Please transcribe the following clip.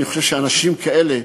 אני חושב שאנשים כאלה,